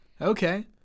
Okay